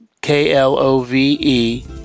K-L-O-V-E